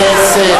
מה עם קצב?